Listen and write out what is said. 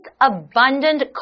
abundant